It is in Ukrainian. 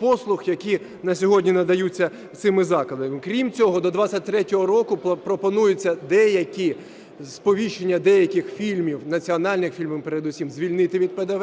послуг, які на сьогодні надаються цими закладами. Крім цього, до 2023 року пропонується сповіщення деяких фільмів, національних фільмів передусім, звільнити під ПДВ.